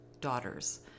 daughters